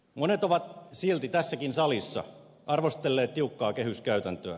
monet ovat silti tässäkin salissa arvostelleet tiukkaa kehyskäytäntöä